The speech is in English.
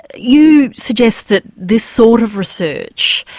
you suggest that this sort of research,